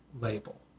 label